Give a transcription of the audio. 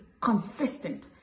consistent